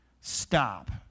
stop